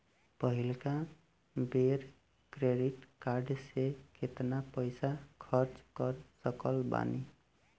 पहिलका बेर credit card से केतना पईसा खर्चा कर सकत बानी?